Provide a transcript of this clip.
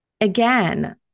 again